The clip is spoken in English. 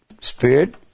Spirit